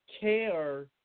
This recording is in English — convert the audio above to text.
care –